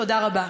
תודה רבה.